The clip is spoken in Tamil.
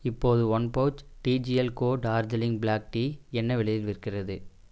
இப்போது one pouch TGL co Darjeeling black tea என்ன விலையில் விற்கிறது